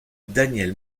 danielle